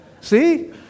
See